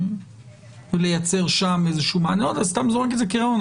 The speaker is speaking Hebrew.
אני סתם זורק את זה כרעיון.